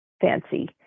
fancy